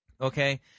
Okay